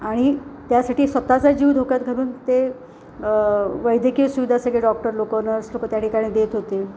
आणि त्यासाठी स्वतःचा जीव धोक्यात घालून ते वैद्यकीय सुविधासाठी डॉक्टर लोकं नर्स लोकं त्या ठिकाणी देत होते